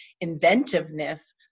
inventiveness